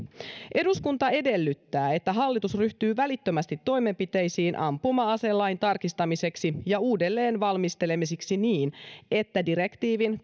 eduskunta edellyttää että hallitus ryhtyy välittömästi toimenpiteisiin ampuma aselain tarkistamiseksi ja uudelleen valmistelemiseksi niin että direktiivin